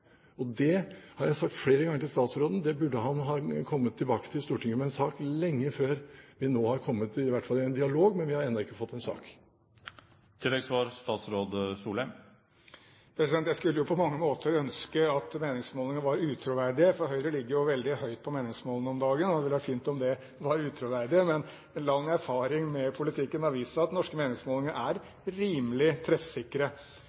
har sagt flere ganger til statsråden at han burde ha kommet tilbake til Stortinget med en sak for lenge siden. Nå har vi i hvert fall kommet i en dialog, men vi har ennå ikke fått en sak. Jeg skulle på mange måter ønske at meningsmålinger var utroverdige, for Høyre ligger veldig høyt på meningsmålingene om dagen. Det ville vært fint om de var utroverdige, men lang erfaring med politikk har vist at norske meningsmålinger er rimelig treffsikre.